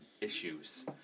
issues